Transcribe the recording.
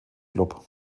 club